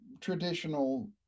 Traditional